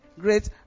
great